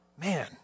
Man